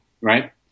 right